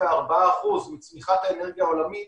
ש-34% מצריכת האנרגיה העולמית